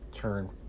Turn